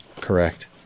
Correct